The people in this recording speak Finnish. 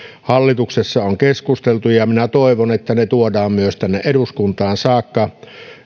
hallituksessa on keskusteltu minä toivon että myös ne tuodaan tänne eduskuntaan saakka